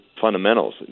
fundamentals